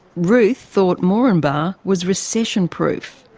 ruth thought moranbah was recession-proof.